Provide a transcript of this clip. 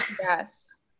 Yes